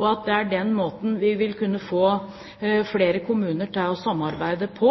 og at det er den måten vi vil kunne få flere kommuner til å samarbeide på.